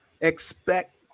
expect